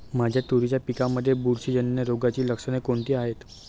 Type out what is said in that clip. माझ्या तुरीच्या पिकामध्ये बुरशीजन्य रोगाची लक्षणे कोणती आहेत?